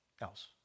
else